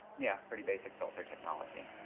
yeah, pretty basic filter technology.